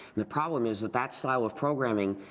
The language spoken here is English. the problem is that, that style of programming